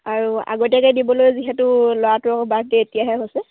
আৰু আগতীয়াকৈ দিবলৈ যিহেতু ল'ৰাটোৰ বাৰ্থডে এতিয়াহে হৈছে